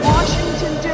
Washington